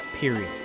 period